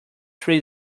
three